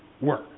work